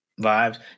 vibes